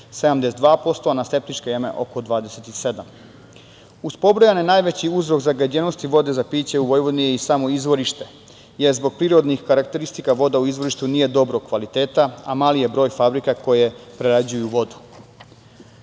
72%, a na septičke jame oko 27%.Uz pobrojane najveće uzroke zagađenosti vode za piće u Vojvodini je i samo izvorište, jer zbog prirodnih karakteristika voda nije dobrog kvaliteta, a mali je broj fabrika koje prerađuju